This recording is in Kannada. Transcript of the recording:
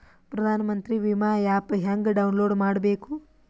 ಪ್ರಧಾನಮಂತ್ರಿ ವಿಮಾ ಆ್ಯಪ್ ಹೆಂಗ ಡೌನ್ಲೋಡ್ ಮಾಡಬೇಕು?